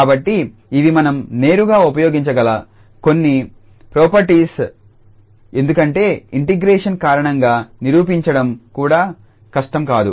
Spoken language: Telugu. కాబట్టి ఇవి మనం నేరుగా ఉపయోగించగల కొన్ని ప్రాపర్టీ స్ ఎందుకంటే ఈ ఇంటిగ్రేషన్ కారణంగా నిరూపించడం కూడా కష్టం కాదు